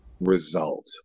result